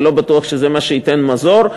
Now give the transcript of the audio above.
ולא בטוח שזה מה שייתן מזור.